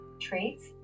traits